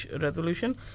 resolution